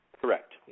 Correct